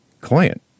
client